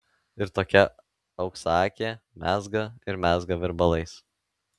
ir tokia auksaakė mezga ir mezga virbalais